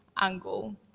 angle